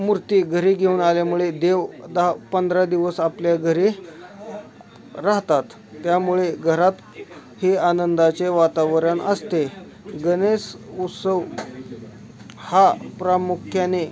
मूर्ती घरी घेऊन आल्यामुळे देव दहा पंधरा दिवस आपल्या घरी राहतात त्यामुळे घरात हे आनंदाचे वातावरण असते आहे गणेश उत्सव हा प्रामुख्याने